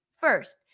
first